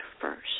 first